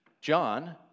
John